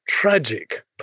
tragic